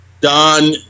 Don